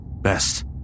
Best